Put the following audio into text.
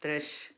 दृश्य